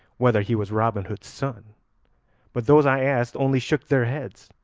whether he was robin hood's son but those i asked only shook their heads.